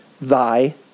thy